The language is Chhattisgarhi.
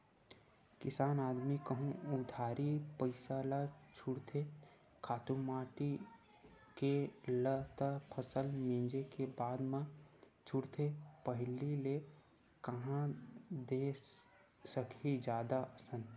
किसान आदमी कहूँ उधारी पइसा ल छूटथे खातू माटी के ल त फसल मिंजे के बादे म छूटथे पहिली ले कांहा दे सकही जादा असन